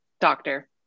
doctor